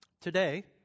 Today